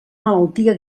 malaltia